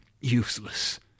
Useless